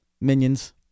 minions